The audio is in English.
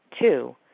Two